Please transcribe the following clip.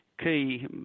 key